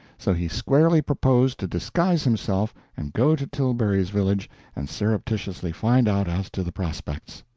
so he squarely proposed to disguise himself and go to tilbury's village and surreptitiously find out as to the prospects.